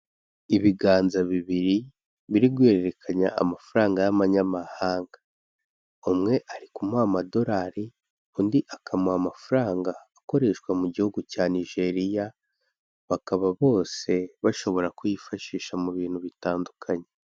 Ibiganza bibiri biri guhererekanya amafaranga y'amanyamahanga, umwe ari kumuha amadolari, undi akamuha amafaranga akoreshwa mu gihugu cya Nigeriya, bakaba bose bashobora kuyifashisha mu bintu bitandukanye.